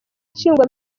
nshingwa